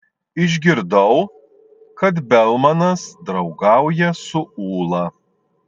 išgirdau kad belmanas draugauja su ūla